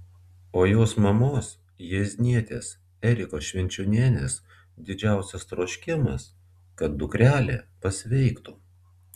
o jos mamos jieznietės erikos švenčionienės didžiausias troškimas kad dukrelė pasveiktų